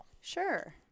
Sure